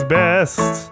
best